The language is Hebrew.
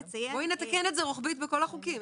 נתקן את זה רוחבית בכל החוקים.